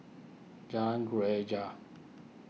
Jalan Greja